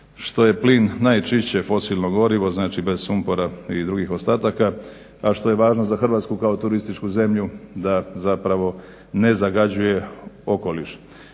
što je plin najčišće fosilno gorivo, znači bez sumpora i drugih ostataka, a što je važno za Hrvatsku kao turističku zemlju da zapravo ne zagađuje okoliš.